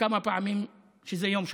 כמה פעמים שזה יום שחור.